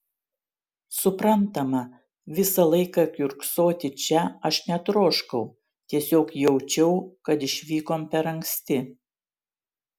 suprantama visą laiką kiurksoti čia aš netroškau tiesiog jaučiau kad išvykom kiek per anksti